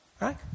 Right